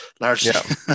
largely